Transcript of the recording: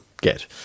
get